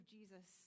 Jesus